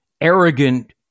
arrogant